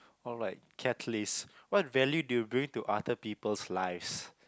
alright catalyst what value do you bring to other peoples' lives